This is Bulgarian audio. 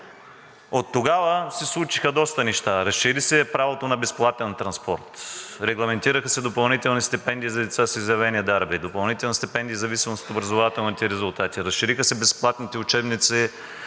Оттогава се случиха доста неща. Разшири се правото на безплатен транспорт; регламентираха се допълнителни стипендии за деца с изявени дарби; допълнителни стипендии в зависимост от образователните резултати; разшириха се безплатните учебници